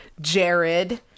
Jared